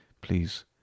Please